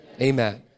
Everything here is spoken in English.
Amen